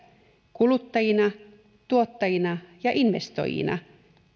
kuluttajina tuottajina ja investoijina